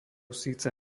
síce